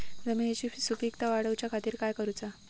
जमिनीची सुपीकता वाढवच्या खातीर काय करूचा?